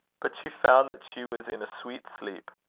but she found that she was in a sweet sleep.